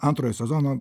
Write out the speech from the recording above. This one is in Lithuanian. antrojo sezono